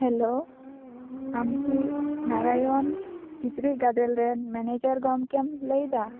hello ᱟᱢᱠᱤ ᱱᱟᱨᱟᱭᱚᱱ ᱠᱤᱪᱨᱤᱡ ᱜᱟᱫᱮᱞ ᱨᱮᱱ ᱢᱮᱱᱮᱡᱟᱨ ᱜᱚᱝᱠᱮᱢ ᱞᱟᱹᱭ ᱫᱟ